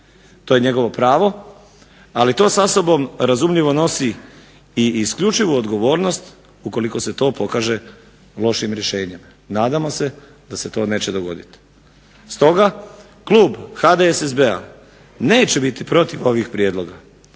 To je njegovo pravo, ali to sa sobom razumljivo nosi i isključivu odgovornost ukoliko se to pokaže lošim rješenjem. Nadamo se da se to neće dogoditi. Stoga, klub HDSSB-a neće biti protiv ovih prijedloga,